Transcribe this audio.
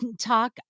talk